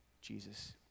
Jesus